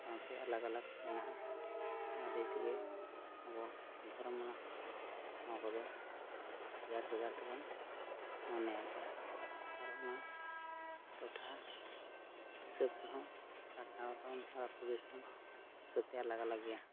ᱥᱟᱶᱛᱮ ᱟᱞᱟᱜᱽᱼᱟᱞᱟᱜᱽ ᱢᱮᱱᱟᱜᱼᱟ ᱚᱱᱟ ᱫᱤᱭᱟᱹᱛᱮᱜᱮ ᱟᱵᱚ ᱫᱷᱚᱨᱚᱢᱟᱱᱟᱜ ᱴᱷᱟᱶ ᱠᱚᱫᱚ ᱵᱷᱮᱜᱟᱨ ᱵᱷᱮᱜᱟᱨ ᱛᱮᱵᱚᱱ ᱢᱚᱱᱮᱭᱮᱫᱟ ᱟᱨ ᱚᱱᱟ ᱴᱚᱴᱷᱟ ᱦᱤᱥᱟᱹᱵᱽ ᱛᱮᱦᱚᱸ ᱴᱟᱴᱟ ᱴᱟᱣᱴᱚᱱ ᱟᱨ ᱟᱹᱛᱩ ᱫᱤᱥᱚᱢ ᱥᱚᱛᱭᱟ ᱟᱞᱟᱜᱽᱼᱟᱞᱟᱜᱽ ᱜᱮᱭᱟ